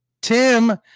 Tim